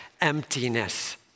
emptiness